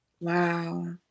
Wow